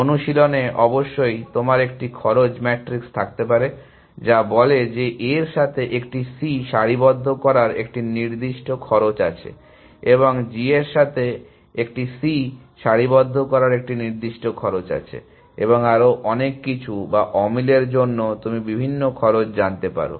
অনুশীলনে অবশ্যই তোমার একটি খরচ ম্যাট্রিক্স থাকতে পারে যা বলে যে A এর সাথে একটি C সারিবদ্ধ করার একটি নির্দিষ্ট খরচ আছে একটি G এর সাথে একটি C সারিবদ্ধ করার একটি নির্দিষ্ট খরচ আছে এবং আরও অনেক কিছু বা অমিলের জন্য তুমি বিভিন্ন খরচ জানতে পারো